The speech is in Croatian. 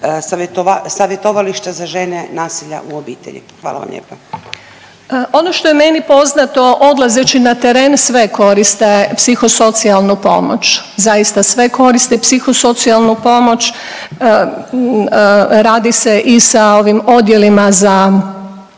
savjetovališta za žene nasilja u obitelji. Hvala vam lijepa. **Ljubičić, Višnja** Ono što je meni poznato odlazeći na teren sve koriste psihosocijalnu pomoć. Zaista sve koriste psihosocijalnu pomoć. Radi se i sa ovim odjelima za